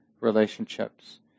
relationships